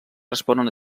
responen